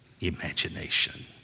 imagination